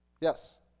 Yes